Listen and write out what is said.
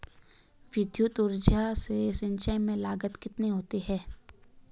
विद्युत ऊर्जा से सिंचाई में लागत कितनी होती है?